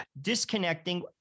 Disconnecting